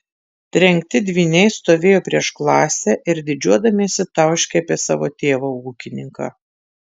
trenkti dvyniai stovėjo prieš klasę ir didžiuodamiesi tauškė apie savo tėvą ūkininką